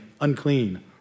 unclean